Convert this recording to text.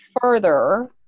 further